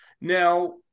Now